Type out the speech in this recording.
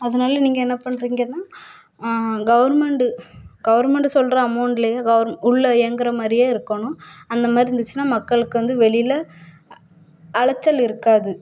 அதனால் நீங்கள் என்ன பண்ணுறீங்கன்னா கவர்மெண்டு கவர்மெண்டு சொல்லுற அமௌண்ட்லயே உள்ளே இயங்குற மாதிரியே இருக்கணும் அந்த மாதிரி இருந்திச்சுன்னா மக்களுக்கு வந்து வெளியில் அலைச்சல் இருக்காது